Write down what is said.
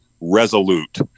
resolute